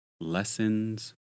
Lessons